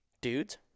Dudes